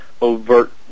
overt